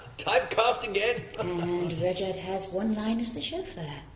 typecast again! and rudyard has one line as the chauffeur.